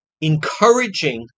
encouraging